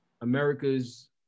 America's